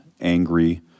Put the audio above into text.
angry